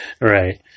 Right